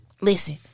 Listen